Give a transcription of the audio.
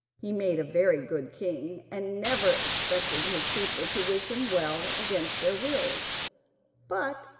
he made a very good king and never expected his people to wish him well against their wills but,